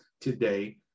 today